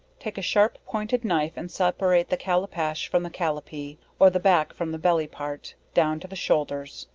take a sharp pointed knife and separate the callapach from the callapee, or the back from the belly part, down to the shoulders,